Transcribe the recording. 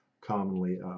commonly